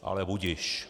Ale budiž.